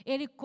Ele